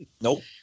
Nope